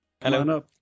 Hello